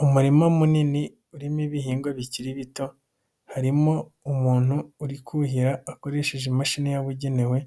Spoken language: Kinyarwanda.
UUmurima munini urimo ibihingwa bikiri bito, harimo umuntu uri kuhira akoresheje imashini yabugenewe,